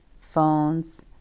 phones